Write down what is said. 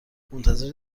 منتظر